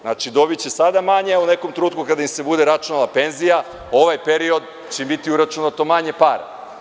Znači, dobiće sada manje, a u nekom trenutku kada im se bude računala penzija, za ovaj period će biti uračunato manje pare.